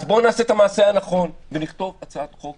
בואו נעשה את המעשה הנכון ונכתוב הצעת חוק